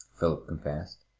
philip confessed,